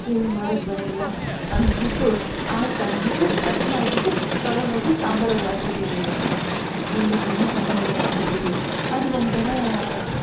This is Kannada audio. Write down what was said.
ಏನೂ ಮಾಡಕ್ಕೆ ಬರಲ್ಲ ಅನ್ಬಿಟ್ಟು ಆಯ್ತನ್ಬಿಟ್ಟು ಕಟ್ ಮಾಡಿಬಿಟ್ಟು ತಗೊಂಡೋಗಿ ಸಾಂಬಾರಲ್ಲಿ ಹಾಕಿಬಿಟ್ಟಿದ್ದೀನಿ ಅದನ್ನು ಬೆಂಡೆಕಾಯನ್ನ ಸಾಂಬಾರಲ್ಲಿ ಹಾಕ್ಬಿಟ್ಟಿದ್ದೀನಿ ಅದು ಒಂಥರ